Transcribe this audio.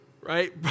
right